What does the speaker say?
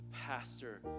pastor